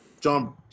John